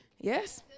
yes